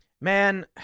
man